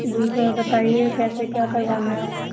जी sir बताइए कैसे क्या करवाना है आपको